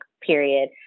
period